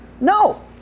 no